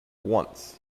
once